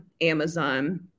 Amazon